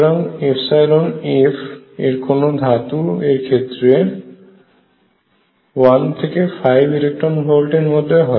সুতরাং F এর কোন ধাতুর ক্ষেত্রে 1 থেকে 5 ইলেকট্রন ভোল্ট এর মধ্যে হয়